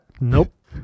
Nope